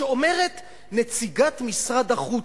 כשאומרת נציגת משרד החוץ,